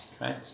right